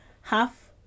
half